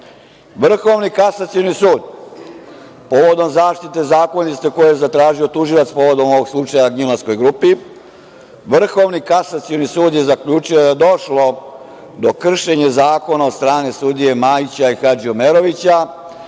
Vrhovni kasacioni sud povodom zaštite zakonitosti koje je zatražio tužilac povodom ovog slučaja „gnjilanskoj grupi“, Vrhovni kasacioni sud je zaključio da je došlo do kršenja zakona od strane sudije Majića i Hadžiomerovića,